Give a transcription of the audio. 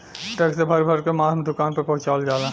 truck से भर भर के मांस दुकान पर पहुंचवाल जाला